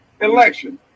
election